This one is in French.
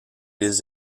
des